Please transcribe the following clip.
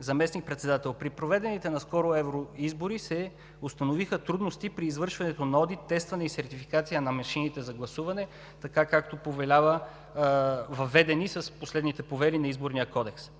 Заместник-председател, при проведените наскоро евроизбори се установиха трудности при извършването на одит, тестване и сертификация на машините за гласуване така, както повелява, въведени с последните повели на Изборния кодекс.